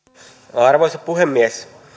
arvoisa puhemies